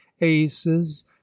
Aces